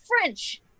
French